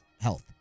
health